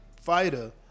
fighter